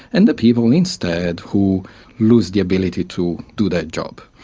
and the people instead who lose the ability to do that job.